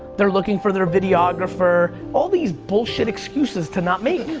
they're looking for their videographer. all these bullshit excuses to not make.